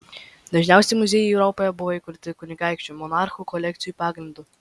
dažniausiai muziejai europoje buvo įkurti kunigaikščių monarchų kolekcijų pagrindu